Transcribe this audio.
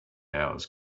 hours